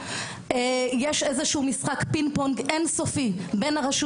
יש איזשהו משחק פינג פונג אינסופי בין הרשות